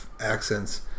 accents